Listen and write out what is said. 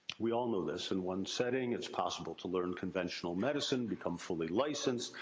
we all know this. in one setting it's possible to learn conventional medicine. become fully licensed.